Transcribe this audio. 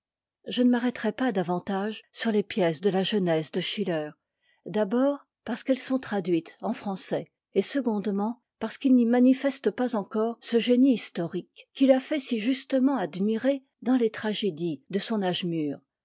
je ne m'arrêterai pas davantage sur les pièces de la jeunesse de schiller d'abord parce qu'effet sont traduites en français et secondement parce s qu'il n'y manifeste pas èncore ce génie historique qui l'a fait si justement admirer dans les tragédies f de son âge mur